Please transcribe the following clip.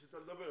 משה,